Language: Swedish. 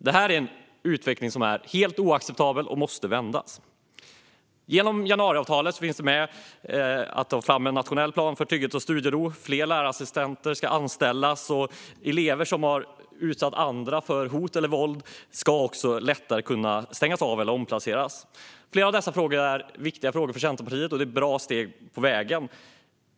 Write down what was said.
Denna utveckling är helt oacceptabel och måste vändas. I januariavtalet ingår att ta fram en nationell plan för trygghet och studiero. Fler lärarassistenter ska anställas, och elever som har utsatt andra för hot eller våld ska lättare kunna stängas av eller omplaceras. Flera av dessa frågor är viktiga för Centerpartiet, och det är ett bra steg på vägen.